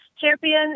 champion